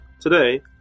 Today